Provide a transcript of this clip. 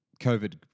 COVID